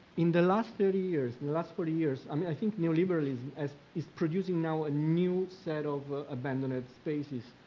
in the last thirty years, in the last forty years. i mean, i think neoliberalism is producing now a new set of ah abandoned spaces,